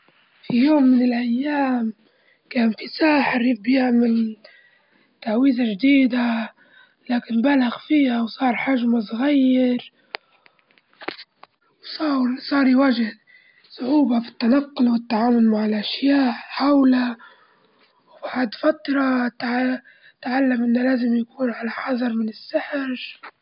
في يوم من الأيام، كان في ساحر يبي يعمل تعويذة جديدة، لكن بلغ فيها وصار حجمه صغير و صار صار يواجه صعوبة في التنقل والتعامل مع الأشياء حوله، وبعد فترة تع- تعلم إنه لازم يكون على حذر من السحر.